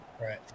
right